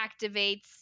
activates